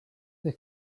they